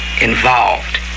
involved